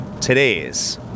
today's